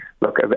Look